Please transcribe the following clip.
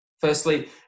Firstly